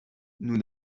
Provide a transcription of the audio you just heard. nous